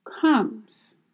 comes